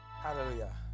Hallelujah